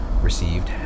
received